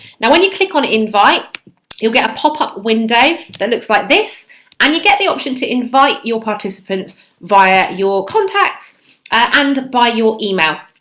now when you click on invite you'll get a pop-up window that looks like this and you get the option to invite your participants via your contacts and by your email.